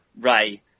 Ray